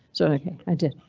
so i did.